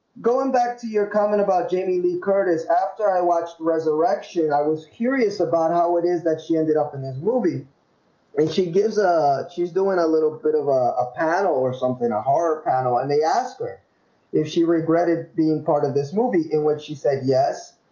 going back to your comment about jamie lee curtis after i watched resurrection i was curious about how it is that she ended up in that movie and she gives ah, she's doing a little bit of a panel or something a horror panel and they asked her if she regretted being part of this movie in what she said, yes,